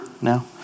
now